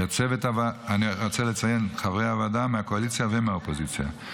אני רוצה לציין את חברי הוועדה מהקואליציה ומהאופוזיציה,